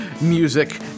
music